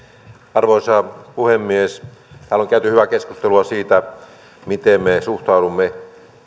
arvoisa puhemies täällä on käyty hyvää keskustelua siitä miten me suhtaudumme